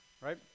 right